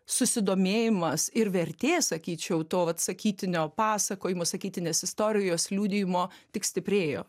susidomėjimas ir vertė sakyčiau to vat sakytinio pasakojimo sakytinės istorijos liudijimo tik stiprėjo